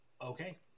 Okay